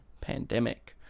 pandemic